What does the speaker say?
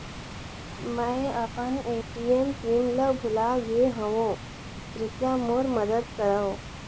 मैं अपन ATM pin ल भुला गे हवों, कृपया मोर मदद करव